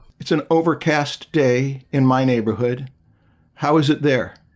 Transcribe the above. it's an overcast day in my neighborhood how is it there?